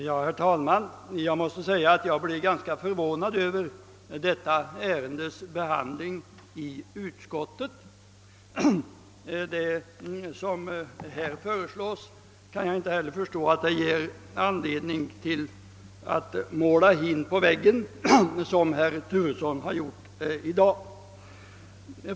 Herr talman! Jag måste säga att jag blev ganska förvånad över detta ärendes behandling i utskottet. Inte heller kan jag förstå att det som här föreslås skulle ge anledning till att måla hin på väggen, såsom herr Turesson har gjort i dag.